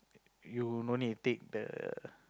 you no need take the